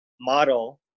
model